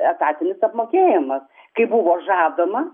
etatinis apmokėjimas kai buvo žadama